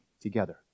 together